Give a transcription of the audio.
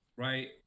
Right